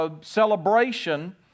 celebration